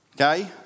Okay